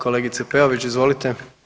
Kolegice Peović, izvolite.